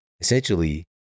essentially